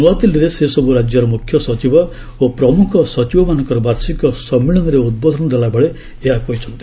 ନ୍ତଆଦିଲ୍କୀରେ ସେ ସବୁ ରାଜ୍ୟର ମୁଖ୍ୟସଚିବ ଓ ପ୍ରମୁଖ ସଚିବମାନଙ୍କର ବାର୍ଷିକ ସମ୍ମିଳନୀରେ ଉଦ୍ବୋଧନ ଦେଲାବେଳେ ଏହା କହିଛନ୍ତି